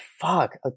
fuck